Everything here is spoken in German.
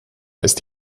ist